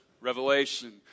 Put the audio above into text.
Revelation